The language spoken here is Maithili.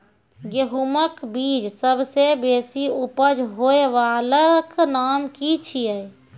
गेहूँमक बीज सबसे बेसी उपज होय वालाक नाम की छियै?